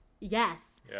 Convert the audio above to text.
yes